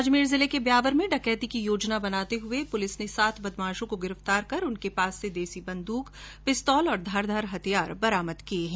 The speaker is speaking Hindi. अजमेर जिले के ब्यावर में डकैती की योजना बनाते हुये पुलिस ने सात बदमाशों को गिरफ्तार कर उनके पास से देशी बंदूक पिस्तौल और धारदार हथियार बरामद किये हैं